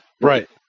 right